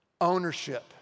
ownership